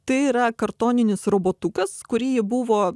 tai yra kartoninis robotukas kurį ji buvo